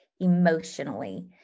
emotionally